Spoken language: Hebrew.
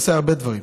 עושה הרבה דברים,